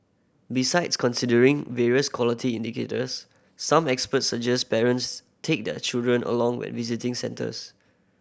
besides considering various quality indicators some experts suggest parents take their children along when visiting centres